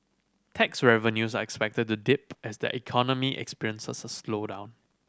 tax revenues are expected to dip as the economy experiences a slowdown